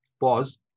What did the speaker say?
pause